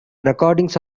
recording